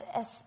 es